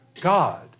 God